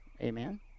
Amen